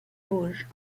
vosges